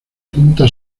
punta